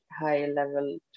high-level